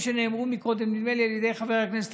הבונדס ובמשך תשע שנים הצליח לגייס לטובת הארגון